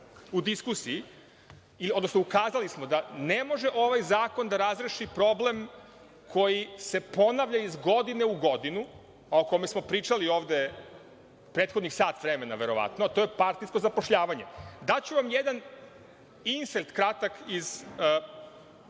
u diskusiji, odnosno ukazali smo da ne može ovaj zakon da razreši problem koji se ponavlja iz godine u godinu, a o kome smo pričali ovde prethodnih sat vremena, verovatno, a to je partijsko zapošljavanje. Daću vam jedan insert kratak iz